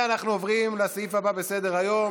אנחנו עוברים לסעיף הבא בסדר-היום: